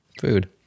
Food